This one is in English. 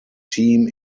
team